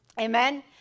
Amen